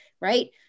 right